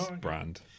brand